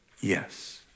yes